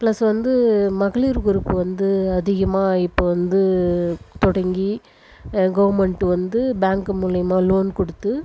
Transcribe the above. plus வந்து மகளிர் group வந்து அதிகமாக இப்போ வந்து தொடங்கி கவர்மெண்ட் வந்து பேங்க்கு மூலியமாக லோன் கொடுத்து